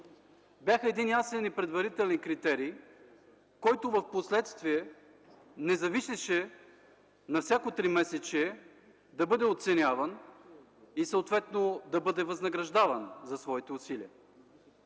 бяха ясен и предварителен критерий, от който впоследствие не зависеше на всяко тримесечие да бъде оценяван и съответно да бъде възнаграждаван за своите усилия.